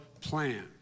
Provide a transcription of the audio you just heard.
plan